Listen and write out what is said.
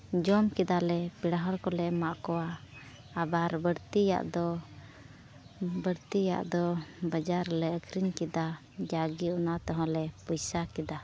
ᱡᱚᱢ ᱠᱮᱫᱟᱞᱮ ᱯᱮᱲᱟ ᱦᱚᱲ ᱠᱚᱞᱮ ᱮᱢᱟᱜ ᱠᱚᱣᱟ ᱟᱵᱟᱨ ᱵᱟᱹᱲᱛᱤᱭᱟᱜ ᱫᱚ ᱵᱟᱹᱲᱛᱤᱭᱟᱜ ᱫᱚ ᱵᱟᱡᱟᱨ ᱨᱮᱞᱮ ᱟᱠᱷᱨᱤᱧ ᱠᱮᱫᱟ ᱡᱟᱜᱮ ᱚᱱᱟ ᱛᱮᱦᱚᱸ ᱞᱮ ᱯᱚᱭᱥᱟ ᱠᱮᱫᱟ